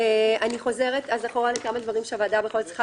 אני חוזרת לכמה דברים שהוועדה צריכה